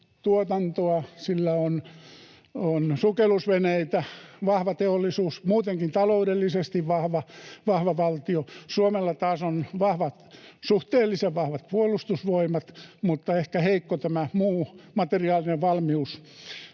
hävittäjätuotantoa, sillä on sukellusveneitä, vahva teollisuus — ja se on muutenkin taloudellisesti vahva valtio. Suomella taas on suhteellisen vahvat puolustusvoimat mutta ehkä heikko tämä muu materiaalinen valmius